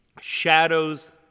shadows